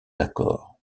accords